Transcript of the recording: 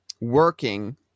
working